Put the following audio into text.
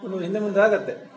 ಅದು ಹಿಂದೆ ಮುಂದೆ ಆಗುತ್ತೆ